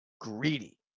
greedy